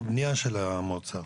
של המועצה?